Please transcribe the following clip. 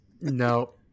No